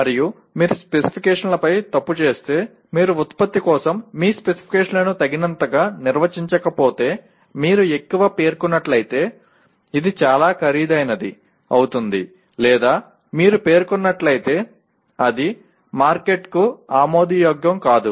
మరియు మీరు స్పెసిఫికేషన్లపై తప్పు చేస్తే మీరు ఉత్పత్తి కోసం మీ స్పెసిఫికేషన్లను తగినంతగా నిర్వచించకపోతే మీరు ఎక్కువ పేర్కొన్నట్లయితే అది చాలా ఖరీదైనది అవుతుంది లేదా మీరు పేర్కొన్నట్లయితే అది మార్కెట్కు ఆమోదయోగ్యం కాదు